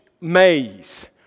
Maze